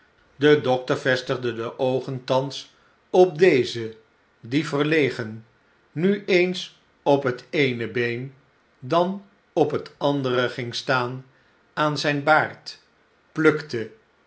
de dokter vestigde de oogen thans op dezen die verlegen nu eens op het eene been dan op het andere ging staan aan zyn baard plukte